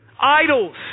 Idols